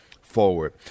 forward